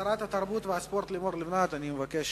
שרת התרבות והספורט לימור לבנת, אני אבקש